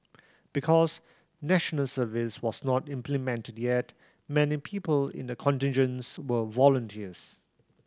because National Service was not implemented yet many people in the contingents were volunteers